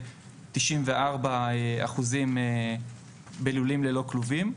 ו-94% בלולים ללא כלובים.